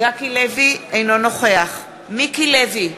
אינו נוכח מיקי לוי,